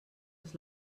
als